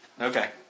Okay